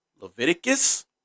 Leviticus